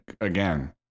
again